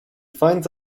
finds